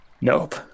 Nope